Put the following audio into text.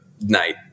night